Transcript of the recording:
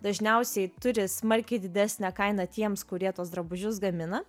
dažniausiai turi smarkiai didesnę kainą tiems kurie tuos drabužius gamina